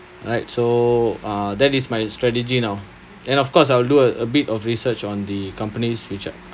right so uh that is my strategy now and of course I'll do a a bit of research on the company's future